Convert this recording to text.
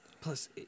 Plus